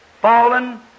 fallen